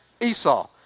Esau